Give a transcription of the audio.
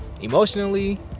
Emotionally